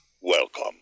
Welcome